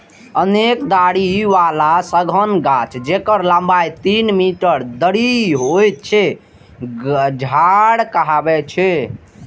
अनेक डारि बला सघन गाछ, जेकर लंबाइ तीन मीटर धरि होइ छै, झाड़ कहाबै छै